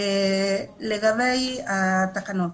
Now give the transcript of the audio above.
לגבי התקנות